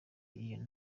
iyo